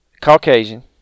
Caucasian